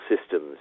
Systems